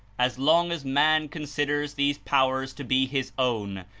as long as man considers these powers to be his own,